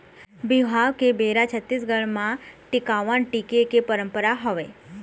बिहाव के बेरा छत्तीसगढ़ म टिकावन टिके के पंरपरा हवय